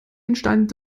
entstand